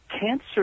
cancer